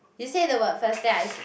you say the word first then I say